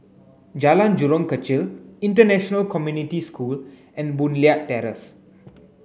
Jalan Jurong Kechil International Community School and Boon Leat Terrace